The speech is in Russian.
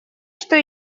что